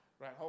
Right